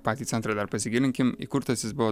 patį centrą dar pasigilinkm įkurtas jis buvo